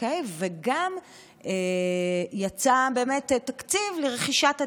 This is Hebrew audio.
וגם יצא תקציב לרכישת הדירות.